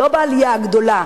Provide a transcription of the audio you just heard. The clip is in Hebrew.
לא בעלייה הגדולה,